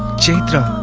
chaitra.